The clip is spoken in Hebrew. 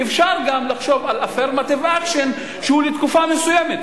ואפשר גם לחשוב על affirmative action לתקופה מסוימת,